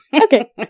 Okay